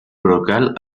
brocal